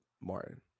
Martin